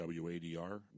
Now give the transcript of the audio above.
WADR